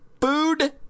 food